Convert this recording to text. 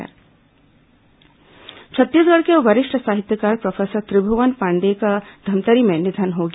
त्रिभुवन पांडेय निधन छत्तीसगढ़ के वरिष्ठ साहित्यकार प्रोफेसर त्रिभुवन पांडेय का धमतरी में निधन हो गया